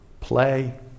play